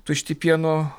tušti pieno